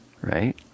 right